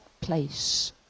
place